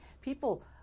People